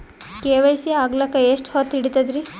KYC ಆಗಲಕ್ಕ ಎಷ್ಟ ಹೊತ್ತ ಹಿಡತದ್ರಿ?